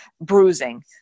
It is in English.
bruising